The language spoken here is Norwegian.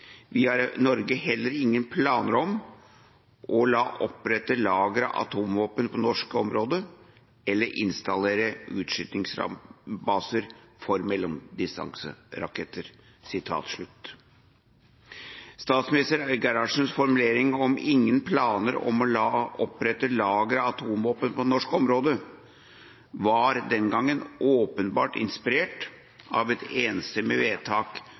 har i Norge heller ingen planer om å la opprette lagre av atomvåpen på norsk område eller installere utskytningsbaser for mellomdistanseraketter.» Tidligere statsminister Gerhardsens formulering om «ingen planer om å la opprette lagre av atomvåpen på norsk område» var den gangen åpenbart inspirert av et enstemmig vedtak